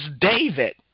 David